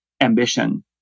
ambition